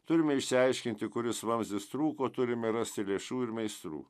turime išsiaiškinti kuris vamzdis trūko turime rasti lėšų ir meistrų